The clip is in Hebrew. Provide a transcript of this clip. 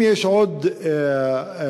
אם יש עוד לקח,